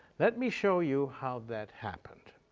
let me show you how that happened.